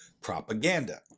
propaganda